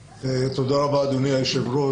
תודה רבה אדוני היושב ראש.